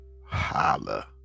Holla